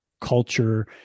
culture